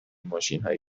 ماشینهای